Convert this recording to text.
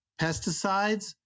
pesticides